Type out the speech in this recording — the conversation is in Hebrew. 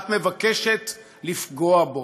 את מבקשת לפגוע בו,